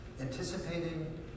Anticipating